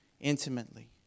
intimately